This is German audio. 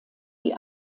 die